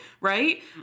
Right